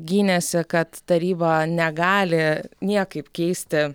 gynėsi kad taryba negali niekaip keisti